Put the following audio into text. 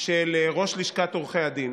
של ראש לשכת עורכי הדין